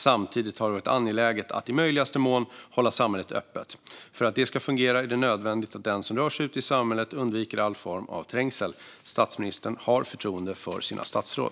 Samtidigt har det varit angeläget att i möjligaste mån hålla samhället öppet. För att det ska fungera är det nödvändigt att den som rör sig ute i samhället undviker all form av trängsel. Statsministern har förtroende för sina statsråd.